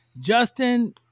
Justin